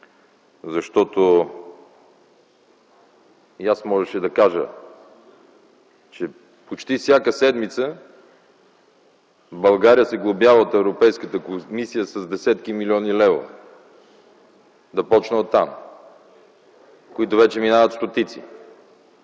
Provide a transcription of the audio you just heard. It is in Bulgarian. Защото и аз можеше да кажа, че почти всяка седмица България се глобява от Европейската комисия с десетки милиони левове. Да започна оттам, които вече минават стотици.